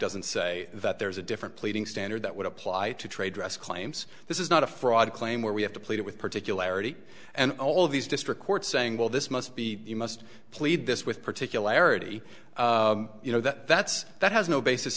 doesn't say that there's a different pleading standard that would apply to trade dress claims this is not a fraud claim where we have to plead with particularity and all of these district court saying well this must be you must plead this with particularity you know that that's that has no basis